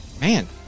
Man